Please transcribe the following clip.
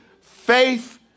Faith